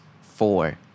four